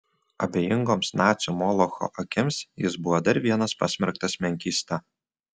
abejingoms nacių molocho akims jis buvo dar vienas pasmerktas menkysta